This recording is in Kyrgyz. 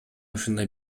ушундай